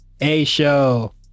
A-show